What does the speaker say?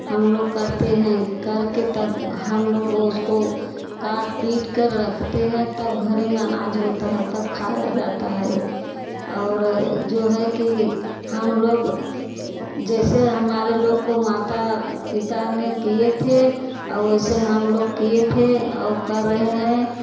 हम लोग करते हैं करके तब हम लोग उसको काट पीट कर रखते हैं तब घर में अनाज होता है तब खाया जाता है और जो है कि हम लोग जैसे हमारे लोग को माता पिता ने किया था वैसे हम लोग किए थे और कर रहे हैं